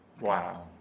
Wow